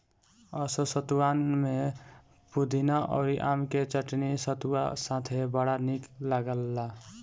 असो सतुआन में पुदीना अउरी आम के चटनी सतुआ साथे बड़ा निक लागल